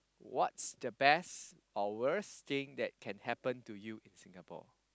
what's the best or worst thing that can happen to you in Singapore